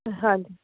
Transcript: ਹਾਂਜੀ